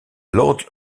lord